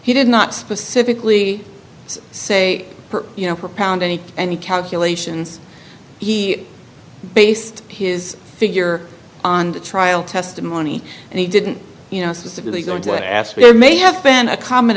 he did not specifically say you know propound any any calculations he based his figure on the trial testimony and he didn't you know specifically going to ask me i may have been a comment